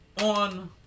on